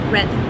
Red